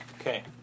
Okay